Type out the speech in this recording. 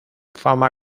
fama